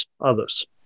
others